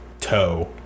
toe